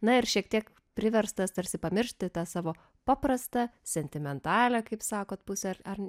na ir šiek tiek priverstas tarsi pamiršti tą savo paprastą sentimentalią kaip sakote pusę ar